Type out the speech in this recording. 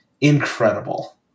Incredible